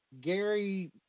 Gary